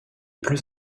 plus